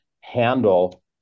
handle